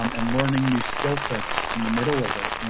um and learning new skillsets in the middle of it. and